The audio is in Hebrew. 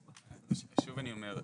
שוב אני אומר,